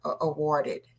awarded